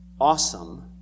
awesome